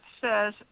says